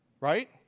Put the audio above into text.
Right